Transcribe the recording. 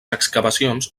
excavacions